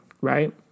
Right